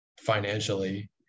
financially